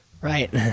right